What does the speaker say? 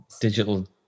digital